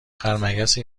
خرمگسی